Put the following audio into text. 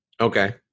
Okay